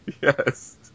Yes